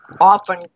often